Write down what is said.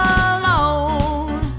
alone